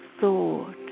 thought